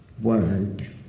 word